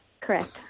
Correct